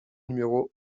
numéro